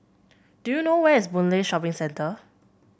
do you know where is Boon Lay Shopping Centre